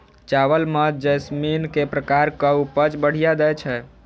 चावल म जैसमिन केँ प्रकार कऽ उपज बढ़िया दैय छै?